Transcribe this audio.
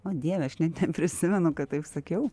o dieve aš net neprisimenu kad taip sakiau